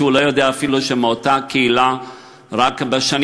והוא לא יודע אפילו שמאותה קהילה רק בשנים